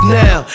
now